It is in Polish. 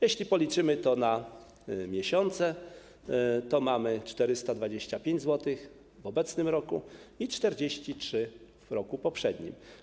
Jeśli przeliczymy to na miesiące, to mamy 425 zł w obecnym roku i 43 zł w roku poprzednim.